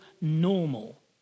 normal